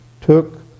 took